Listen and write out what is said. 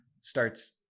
starts